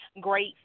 great